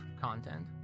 content